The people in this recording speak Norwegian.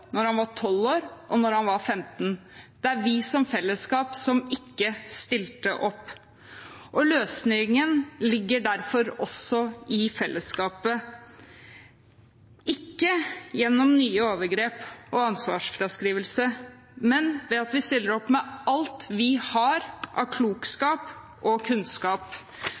han var 12 år og da han var 15 år. Det er vi som fellesskap som ikke stilte opp. Løsningen ligger derfor også i fellesskapet, ikke gjennom nye overgrep og ansvarsfraskrivelse, men ved at vi stiller opp med alt vi har av klokskap og kunnskap